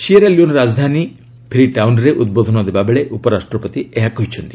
Sierra Leone ରାଜଧାନୀ ଫ୍ରିଟାଉନ୍ରେ ଉଦ୍ବୋଧନ ଦେବାବେଳେ ଉପରାଷ୍ଟ୍ରପତି ଏହା କହିଛନ୍ତି